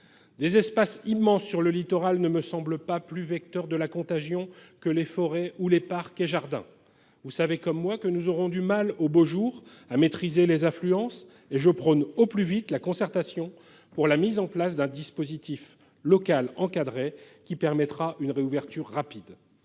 Des espaces immenses sur le littoral ne me semblent pas plus vecteurs de la contagion que des forêts ou des parcs et jardins. Vous savez comme moi que nous aurons du mal, aux beaux jours, à maîtriser les affluences, et je prône, au plus vite, la concertation pour la mise en place de dispositifs locaux encadrés, qui permettront une réouverture rapide.